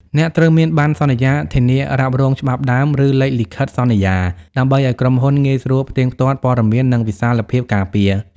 អ្នកត្រូវមាន បណ្ណសន្យាធានារ៉ាប់រងច្បាប់ដើម ឬលេខលិខិតសន្យា ដើម្បីឱ្យក្រុមហ៊ុនងាយស្រួលផ្ទៀងផ្ទាត់ព័ត៌មាន និងវិសាលភាពការពារ។